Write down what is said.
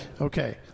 Okay